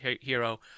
Hero